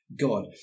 God